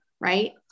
right